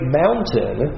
mountain